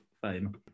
fame